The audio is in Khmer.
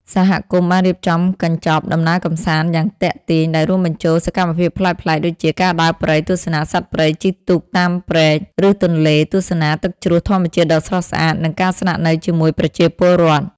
សហគមន៍បានរៀបចំកញ្ចប់ដំណើរកម្សាន្តយ៉ាងទាក់ទាញ ដែលរួមបញ្ចូលសកម្មភាពប្លែកៗដូចជា ការដើរព្រៃ ទស្សនាសត្វព្រៃ ជិះទូកតាមព្រែក ឬទន្លេ ទស្សនាទឹកជ្រោះធម្មជាតិដ៏ស្រស់ស្អាត និងការស្នាក់នៅជាមួយប្រជាពលរដ្ឋ។